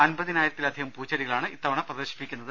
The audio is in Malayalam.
അൻപതിനായിരത്തിലധികം പൂച്ചെടികളാണ് ഇത്ത വണ പ്രദർശിപ്പിക്കുന്നത്